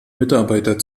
mitarbeiter